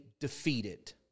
defeated